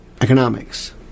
economics